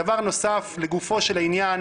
דבר נוסף, לגופו של עניין,